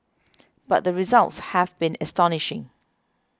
but the results have been astonishing